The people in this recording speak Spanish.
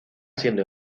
siendo